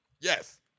Yes